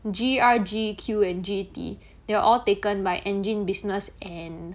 G_E_R G_E_Q and G_E_T they're all taken by engine business and